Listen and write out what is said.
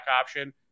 option